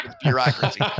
Bureaucracy